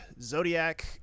Zodiac